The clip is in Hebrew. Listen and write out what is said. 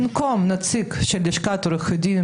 במקום נציג של לשכת עורכי הדין